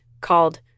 called